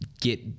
get